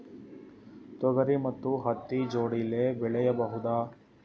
ತೊಗರಿ ಮತ್ತು ಹತ್ತಿ ಜೋಡಿಲೇ ಬೆಳೆಯಬಹುದಾ?